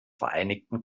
vereinigten